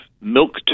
milk